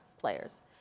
players